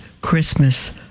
Christmas